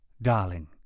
Darling